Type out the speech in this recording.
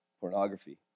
pornography